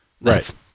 Right